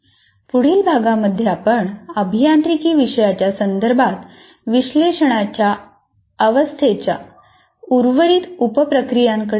पुढील भागमध्ये आपण अभियांत्रिकी विषयाच्या संदर्भात विश्लेषणाच्या अवस्थेच्या उर्वरित उप प्रक्रियांकडे पाहू